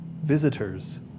visitors